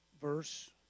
verse